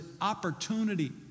opportunity